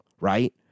right